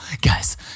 Guys